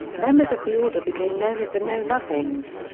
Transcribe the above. members of the order became known as the know nothings.